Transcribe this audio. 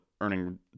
earning